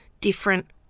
different